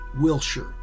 Wilshire